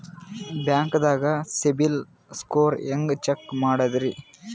ಬ್ಯಾಂಕ್ದಾಗ CIBIL score ಹೆಂಗ್ check ಮಾಡದ್ರಿ?